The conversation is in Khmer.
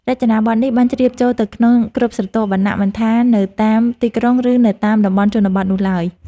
រចនាប័ទ្មនេះបានជ្រាបចូលទៅក្នុងគ្រប់ស្រទាប់វណ្ណៈមិនថា នៅតាមទីក្រុងឬនៅតាមតំបន់ជនបទនោះឡើយ។